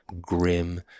grim